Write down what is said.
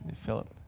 Philip